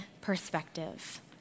perspective